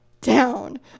down